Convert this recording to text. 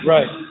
Right